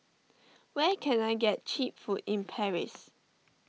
where can I get Cheap Food in Paris